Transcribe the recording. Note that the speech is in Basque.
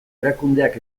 erakundeak